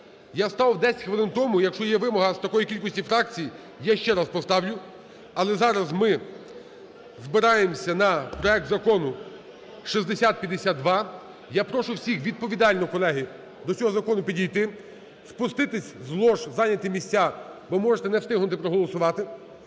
Я ставив 10 хвилин тому, якщо є вимога з такої кількості фракцій, я ще раз поставлю Але зараз ми збираємося на проект Закону 6052. Я прошу всіх відповідально, колеги, до цього закону підійти, спуститись з лож, зайняти місця, бо можете не встигнути проголосувати.